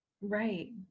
Right